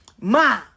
Ma